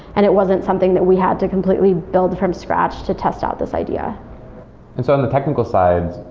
and it wasn't something that we had to completely build from scratch to test out this idea and so in the technical side,